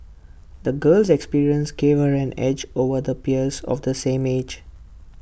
the girl's experiences gave her an edge over the peers of the same age